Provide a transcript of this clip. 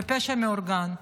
בפשע מאורגן.